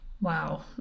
Wow